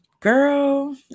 Girl